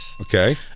Okay